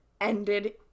ended